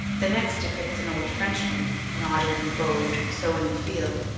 the next depicts an old frenchman, knotted and bowed, sowing the field.